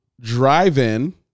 drive-in